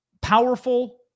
powerful